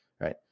right